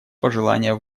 пожелания